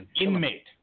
Inmate